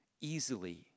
easily